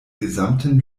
gesamten